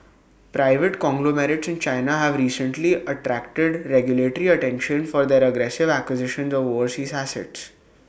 private conglomerates in China have recently attracted regulatory attention for their aggressive acquisitions of overseas assets